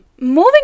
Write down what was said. Moving